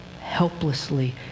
helplessly